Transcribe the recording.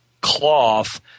cloth